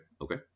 okay